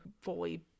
fully